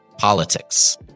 Politics